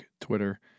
Twitter-